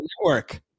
network